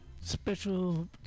Special